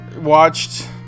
watched